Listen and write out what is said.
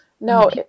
No